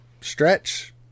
stretch